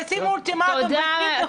תשימו אולטימטום --- תודה,